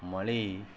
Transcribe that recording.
ಮಳೆ